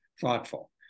thoughtful